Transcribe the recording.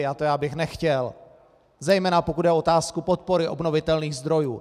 A to já bych nechtěl, zejména pokud jde o otázky podpory obnovitelných zdrojů.